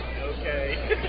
Okay